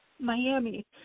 Miami